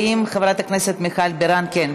האם חברת הכנסת מיכל בירן, כן.